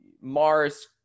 Mars